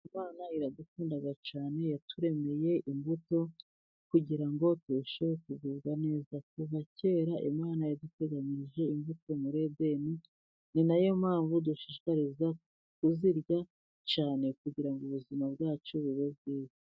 Imana iradukunda cyane, yaturemeye imbuto kugira ngo turusheho kugubwa neza, kuva kera Imana yaduteganyirije, imbuto muri edeni, ni nayo mpamvu, dushishikarizwa kuzirya cyane, kugirango ubuzima bwacu, bube bwiza.